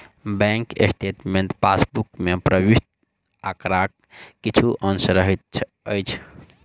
bank statement passbook मे प्रविष्ट आंकड़ाक किछु अंश रहैत अछि